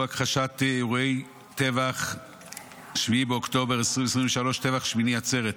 הכחשת אירועי טבח 7 באוקטובר 2023 (טבח שמיני עצרת),